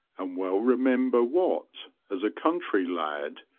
and well re member what, as a country lad,